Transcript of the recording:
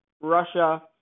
Russia